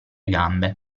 gambe